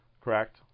Correct